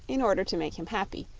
in order to make him happy,